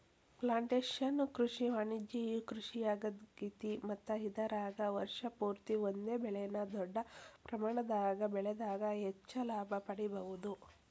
plantation ಕೃಷಿ ವಾಣಿಜ್ಯ ಕೃಷಿಯಾಗೇತಿ ಮತ್ತ ಇದರಾಗ ವರ್ಷ ಪೂರ್ತಿ ಒಂದೇ ಬೆಳೆನ ದೊಡ್ಡ ಪ್ರಮಾಣದಾಗ ಬೆಳದಾಗ ಹೆಚ್ಚ ಲಾಭ ಪಡಿಬಹುದ